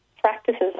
practices